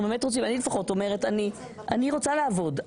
אני רוצה לעבוד,